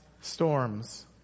storms